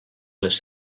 les